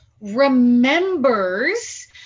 remembers